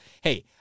hey